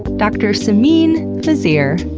dr. simine vazire.